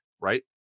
right